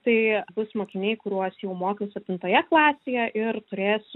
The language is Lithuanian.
tai bus mokiniai kuriuos jau mokiau septintoje klasėje ir turėsiu